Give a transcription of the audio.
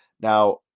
Now